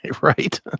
Right